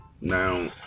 Now